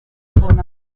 mbere